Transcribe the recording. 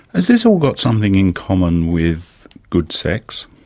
has this all got something in common with good sex?